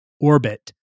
orbit